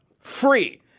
free